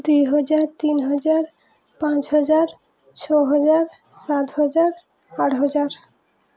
ଦୁଇ ହଜାର ତିନି ହଜାର ପାଞ୍ଚ ହଜାର ଛଅ ହଜାର ସାତ ହଜାର ଆଠ ହଜାର